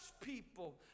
people